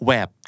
Web